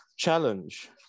challenge